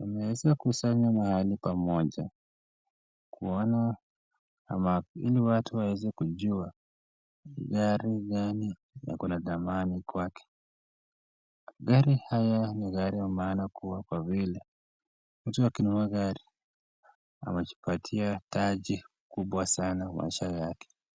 imeweza kukusanywa mahali pamoja. Kuona ama ili watu waweze kujua gari gani ikona dhamani kwake. Magari haya yanayomaana kuwa kwa kweli mtu akinunua gari anajipatia taji kubwa sana maisha yake.